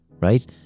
right